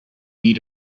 need